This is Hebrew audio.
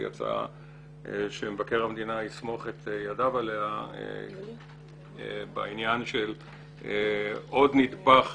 יצא שמבקר המדינה יסמוך את ידיו עליה בעניין של עוד נדבך